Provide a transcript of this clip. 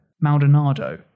Maldonado